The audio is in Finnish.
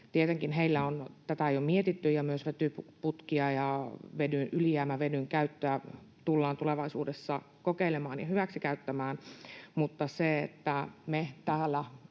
Tietenkin heillä on tätä jo mietitty, ja myös vetyputkia ja ylijäämävedyn käyttöä tullaan tulevaisuudessa kokeilemaan ja hyväksikäyttämään. Sillä, että kun me täällä